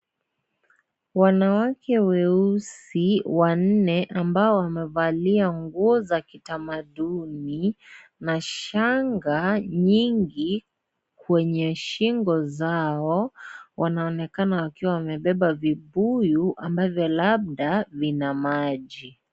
Wanawake weusi wanne ambao wamevalia nguo za kitamaduni na shanga nyingi kwenye shingo zao wanaonekana wakiwa wamebeba vibuyu ambavyo labda vina maji.